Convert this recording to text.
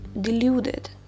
deluded